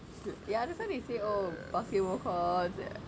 ya that's why they say oh basketball courts